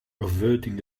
averting